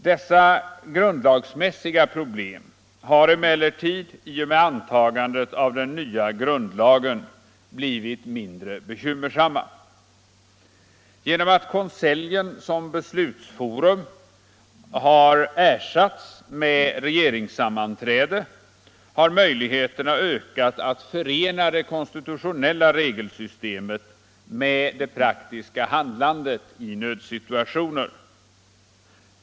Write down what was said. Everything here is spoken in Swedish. Dessa grundlagsmässiga problem har emellertid i och med antagandet av den nya grundlagen blivit mindre bekymmersamma. Genom att konseljen som beslutsforum har ersatts med regeringssammanträde har möjligheterna ökat att förena det konstitutionella regelsystemet med det praktiska handlandet i nödsituationer.